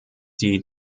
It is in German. die